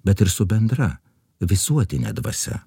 bet ir su bendra visuotine dvasia